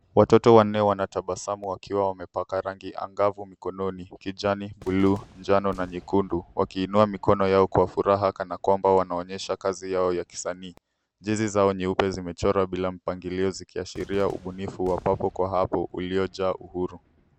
Watoto wanne wanatabasamu wakiwa wamepaka rangi angavu mikononi: kijani, bluu, njano na nyekundu wakiinua mikono yao kwa furaha kana kwamba wanaonyesha kazi yao ya kisanii. Jezi zao nyeupe zimechorwa bila mpangilio zikiashiria ubunifu wa papo kwa hapo uliojaa uhuru.